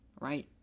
right